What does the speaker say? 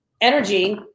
energy